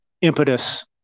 impetus